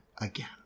again